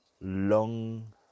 long